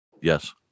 Yes